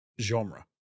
genre